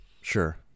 Sure